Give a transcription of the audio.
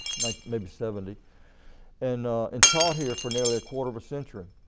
like maybe seventy and and taught here for nearly a quarter of a century.